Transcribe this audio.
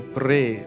pray